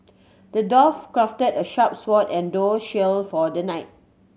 the dwarf crafted a sharp sword and tough shield for the knight